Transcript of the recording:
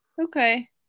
okay